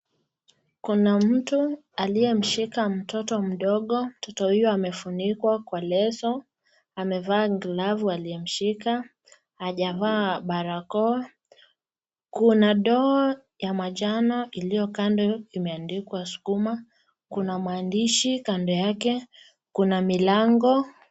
Kuna mtu aliyemshika mtoto mdogo, mtoto huyu amefunikwa kwa leso, amevaa glavu aliyemshika, hajavaa barakoa. Kuna ndoo ya manjano iliyo kando imeandikwa sukuma, kuna maandishi kando yake, kuna milango.